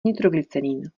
nitroglycerin